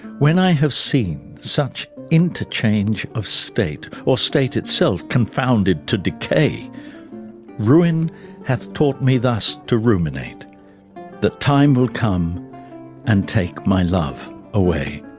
when i have seen such interchange of state or state itself confounded to decay ruin hath taught me thus to ruminate that time will come and take my love away.